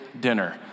dinner